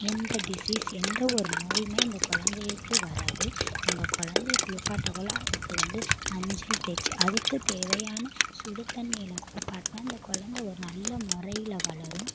எந்த டிசீஸ் எந்த ஒரு நோயுமே அந்த குழந்தைக்கு வராது நம்ம குழந்தைய குளிப்பாட்டகுள்ள அதுக்கு வந்து மஞ்சள் தேய்ச்சு அதுக்கு தேவையான சுடுதண்ணியில் குளிப்பாட்னா அந்த குழந்த ஒரு நல்ல முறையில் வளரும்